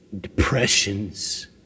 depressions